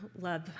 love